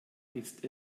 ist